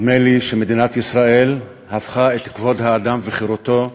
נדמה לי שמדינת ישראל הפכה את כבוד האדם וחירותו,